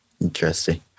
interesting